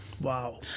Wow